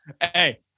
hey